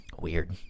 weird